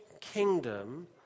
kingdom